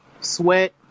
sweat